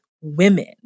women—